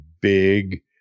big